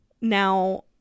now